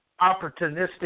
opportunistic